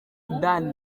soudan